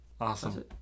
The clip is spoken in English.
awesome